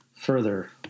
further